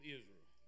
Israel